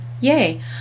Yay